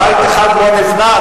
בית אחד לא נבנה,